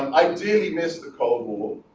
i dearly miss the cold war.